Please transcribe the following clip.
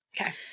Okay